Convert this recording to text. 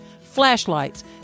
flashlights